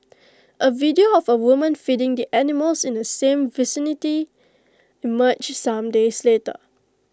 A video of A woman feeding the animals in the same vicinity emerged some days later